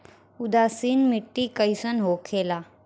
उदासीन मिट्टी कईसन होखेला?